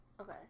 Okay